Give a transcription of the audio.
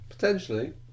Potentially